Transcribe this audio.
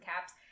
caps